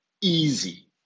easy